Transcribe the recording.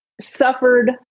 suffered